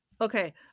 Okay